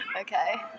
Okay